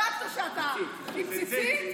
בדקת שאתה עם ציצית,